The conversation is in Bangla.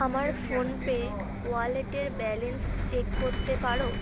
আমার ফোনপে ওয়ালেটের ব্যালেন্স চেক করতে পারো